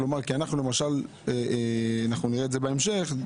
אנחנו נראה את זה בהמשך,